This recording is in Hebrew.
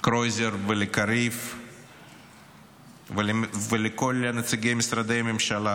קרויזר וקריב ולכל נציגי משרדי הממשלה,